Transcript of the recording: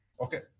Okay